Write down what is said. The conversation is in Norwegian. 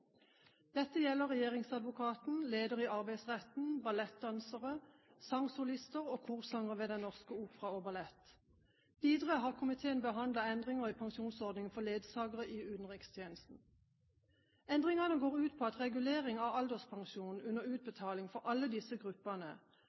Dette gjelder regjeringsadvokaten, leder i Arbeidsretten, ballettdansere, sangsolister og korsangere ved Den Norske Opera & Ballett. Videre har komiteen behandlet endringer i pensjonsordningen for ledsagere i utenrikstjenesten. Endringene går ut på at regulering av alderspensjon under utbetaling for alle disse gruppene,